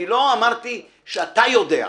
אני לא אמרתי שאתה יודע שעושים.